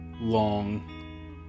long